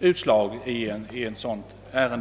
utslag i ett sådant ärende.